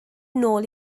nôl